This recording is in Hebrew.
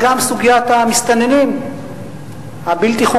גם סוגיית המסתננים הבלתי-חוקיים,